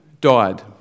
died